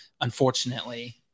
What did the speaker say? unfortunately